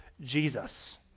Jesus